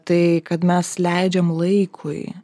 tai kad mes leidžiam laikui